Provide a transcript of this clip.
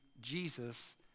Jesus